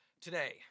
Today